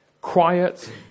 Quiet